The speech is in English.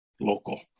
local